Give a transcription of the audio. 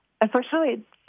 Unfortunately